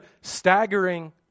staggering